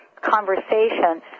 conversation